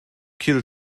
kill